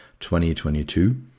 2022